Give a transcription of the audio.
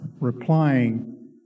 replying